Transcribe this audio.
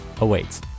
awaits